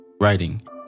writing